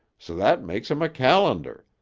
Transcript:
so that makes em a calendar.